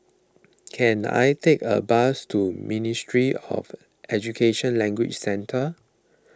can I take a bus to Ministry of Education Language Centre